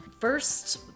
First